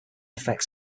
effects